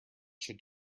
should